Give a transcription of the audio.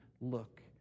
look